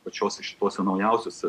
pačiuose šituose naujausiuose